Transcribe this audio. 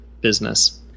business